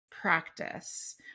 practice